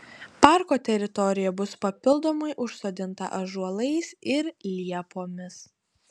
parko teritorija bus papildomai užsodinta ąžuolais ir liepomis